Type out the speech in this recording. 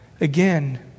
again